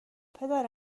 پدر